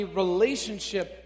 relationship